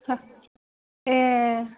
ए